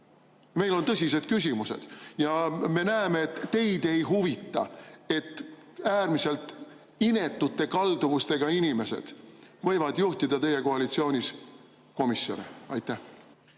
Meil on tõsised küsimused ja me näeme, et teid ei huvita, et äärmiselt inetute kalduvustega inimesed võivad juhtida teie koalitsioonis komisjone. Aitäh,